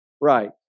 right